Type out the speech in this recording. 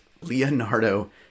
Leonardo